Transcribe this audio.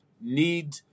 need